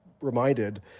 reminded